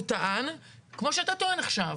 הוא טען, כמו שאתה טוען עכשיו,